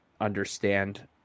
understand